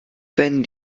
wenn